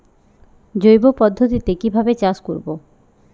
জৈব পদ্ধতিতে কিভাবে চাষ করব?